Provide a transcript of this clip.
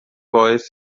باعث